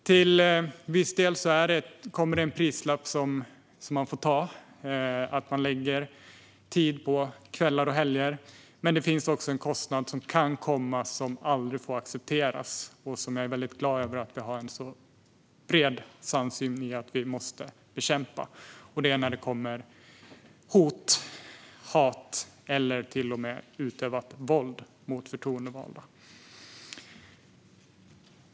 Till viss del kommer det med en prislapp som man får ta; man lägger tid på kvällar och helger. Men det kan också komma med en kostnad som aldrig får accepteras och som jag är glad över att det finns en bred samsyn om att vi måste bekämpa. Det är när det kommer hot, hat eller till och med utövas våld mot förtroendevalda.